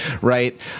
right